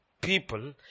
people